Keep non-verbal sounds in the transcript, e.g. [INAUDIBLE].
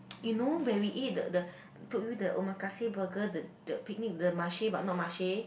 [NOISE] you know where we eat the the told you the Omakase burger the the picnic the Marche but not Marche